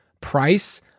price